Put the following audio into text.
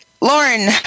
Lauren